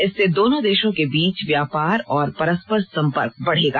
इससे दोनों देशों के बीच व्यापार और परस्पर संपर्क बढ़ेगा